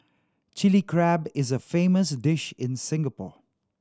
Chilli Crab is a famous dish in Singapore